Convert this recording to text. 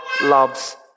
loves